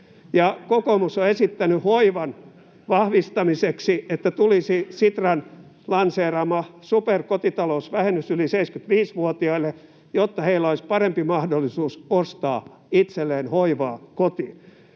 Kokoomus on esittänyt hoivan vahvistamiseksi, että tulisi Sitran lanseeraama superkotitalousvähennys yli 75-vuotiaille, jotta heillä olisi parempi mahdollisuus ostaa itselleen hoivaa kotiin.